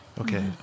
Okay